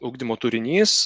ugdymo turinys